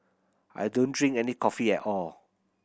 I don't drink any coffee at all